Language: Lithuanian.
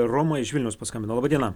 roma iš vilniaus paskambino laba diena